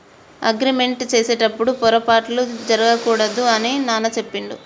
agreement చేసేటప్పుడు పొరపాట్లు జరగకూడదు అని నాన్న చెప్పిండు